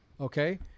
Okay